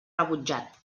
rebutjat